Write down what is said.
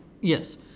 Yes